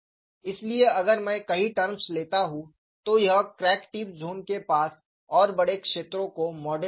इसलिए अगर मैं कई टर्म्स लेता हूं तो यह क्रैक टिप जोन के पास और बड़े क्षेत्रों को मॉडल करेगा